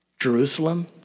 Jerusalem